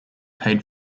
paid